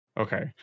Okay